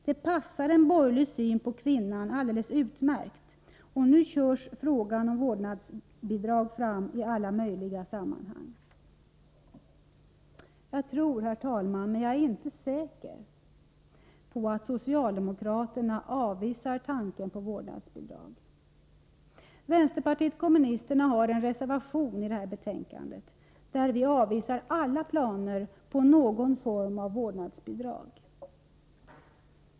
Det passar en borgerlig syn på kvinnan alldeles utmärkt, och nu körs frågan om vårdnadsbidrag fram i alla möjliga sammanhang. Jag tror, herr talman — jag är alltså inte säker — att socialdemokraterna avvisar tanken på vårdnadsbidrag. En reservation från vänsterpartiet kommunisterna är fogad vid detta betänkande, i vilken vi avvisar alla planer på någon form av vårdnadsbidrag.